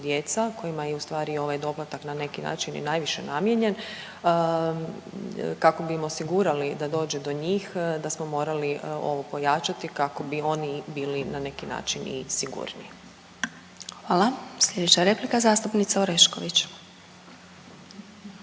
djeca kojima je ustvari ovaj doplatak na neki način i najviše namijenjen, kako bi im osigurali da dođu do njih da smo morali ovo pojačati kako bi oni bili na neki način i sigurniji. **Glasovac, Sabina (SDP)** Hvala. Slijedeća replika zastupnica Orešković.